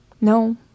No